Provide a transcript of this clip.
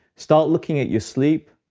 start looking at your sleep,